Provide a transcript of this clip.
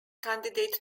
candidate